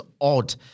odd